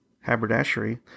haberdashery